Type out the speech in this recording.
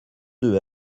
deux